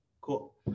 cool